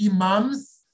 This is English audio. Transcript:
imams